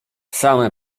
same